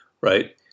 Right